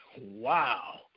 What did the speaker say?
Wow